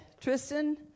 Tristan